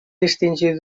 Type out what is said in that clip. distingir